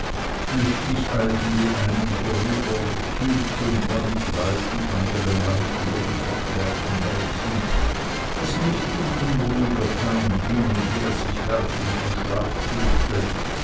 flüchtig eilten die einen vorüber süß und wonniglich weilten andere lange über dem verklärten mädchen das sucht in unruhiger pein hin und her sich werfend den schlaf suchte